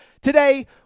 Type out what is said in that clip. Today